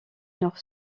nord